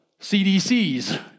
CDCs